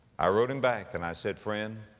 i wrote him back and i said, friend,